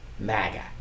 MAGA